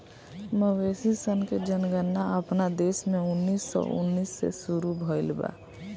मवेशी सन के जनगणना अपना देश में उन्नीस सौ उन्नीस से शुरू भईल बा